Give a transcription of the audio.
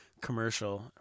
commercial